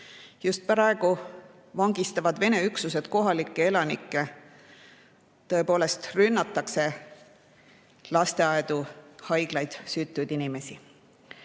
Just praegu vangistavad Vene üksused kohalikke elanikke. Tõepoolest, rünnatakse lasteaedu, haiglaid, süütuid inimesi.